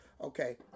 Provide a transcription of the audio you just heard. okay